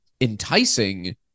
enticing